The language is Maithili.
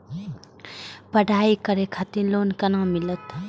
पढ़ाई करे खातिर लोन केना मिलत?